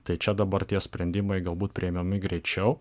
tai čia dabar tie sprendimai galbūt priimami greičiau